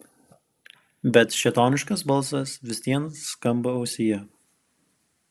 bet šėtoniškas balsas vis vien skamba ausyje